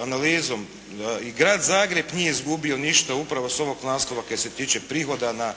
Analizom i grad Zagreb nije izgubio ništa upravo s ovog naslova što se tiče prihoda